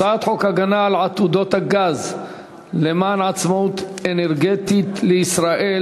הצעת חוק הגנה על עתודות הגז למען עצמאות אנרגטית לישראל,